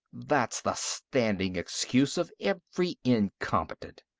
that's the standing excuse of every incompetent!